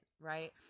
Right